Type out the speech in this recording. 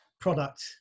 product